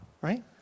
right